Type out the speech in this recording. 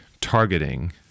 targeting